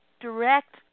direct